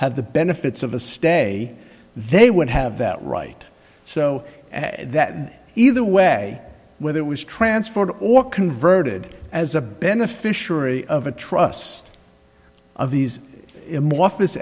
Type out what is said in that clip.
have the benefits of a stay they would have that right so that either way whether it was transferred or converted as a beneficiary of a trust of these him office